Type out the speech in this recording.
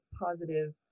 positive